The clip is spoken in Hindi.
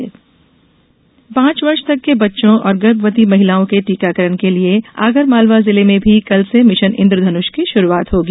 मिशन इंद्रधन्ष पाँच वर्ष तक के बच्चों और गर्मवती महिलाओं के टीकाकरण के लिए आगरमालवा जिले में भी कल से मिशन इन्द्रधनुष की शुरूआत होगी